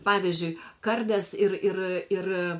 pavyzdžiui kardas ir ir ir